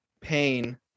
pain